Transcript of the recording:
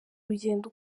urugendo